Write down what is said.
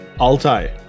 Altai